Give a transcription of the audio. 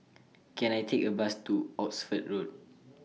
Can I Take A Bus to Oxford Road